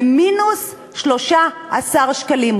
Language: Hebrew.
ממינוס 13 שקלים.